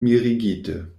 mirigite